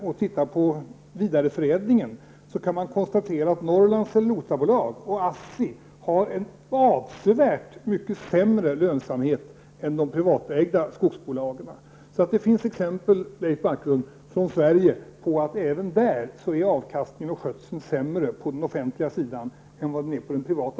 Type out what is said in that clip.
Om vi ser på vidareförädlingen kan vi konstatera att NCB och ASSI har en avsevärt mycket sämre lönsamhet än de privatägda skogsbolagen. Så det finns exempel, Leif Marklund, från Sverige på att avkastning och skötsel är sämre på den offentliga sidan än på den privata.